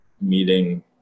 meeting